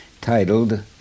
titled